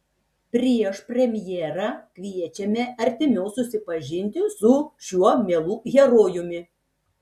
prieš premjerą kviečiame artimiau susipažinti su šiuo mielu herojumi